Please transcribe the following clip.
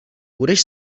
budeš